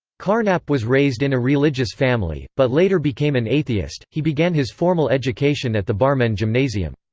carnap was raised in a religious family, but later became an atheist he began his formal education at the barmen gymnasium.